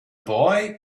boy